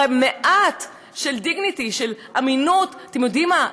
הרי מעט dignity, אמינות, אתם יודעים מה?